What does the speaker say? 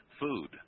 food